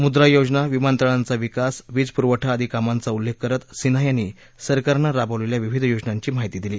मुद्रा योजना विमानतळांचा विकास वीज पुरवठा आदी कामांचा उल्लेख करत सिन्हा यांनी सरकारनं राबवलेल्या विविध योजनांची माहिती दिली